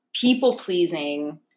people-pleasing